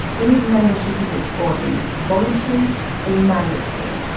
is membership of this body voluntary or mandatory?